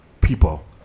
people